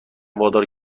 وادار